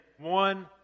one